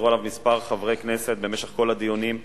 שחזרו עליו כמה חברי כנסת במשך כל הדיונים: